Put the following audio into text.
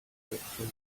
spectrum